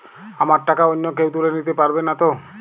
আমার টাকা অন্য কেউ তুলে নিতে পারবে নাতো?